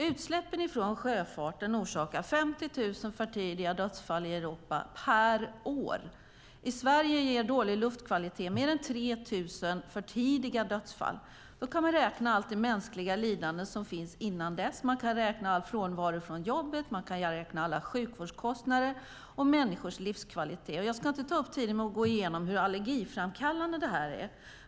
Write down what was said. Utsläppen från sjöfarten orsakar 50 000 för tidiga dödsfall i Europa per år. I Sverige orsakar dålig luftkvalitet mer än 3 000 för tidiga dödsfall. Man kan räkna med allt mänskligt lidande innan dess, man kan räkna med frånvaro från jobbet, man kan räkna med alla sjukvårdskostnader och människors livskvalitet. Jag ska inte ta upp tiden med att gå igenom hur allergiframkallande det är.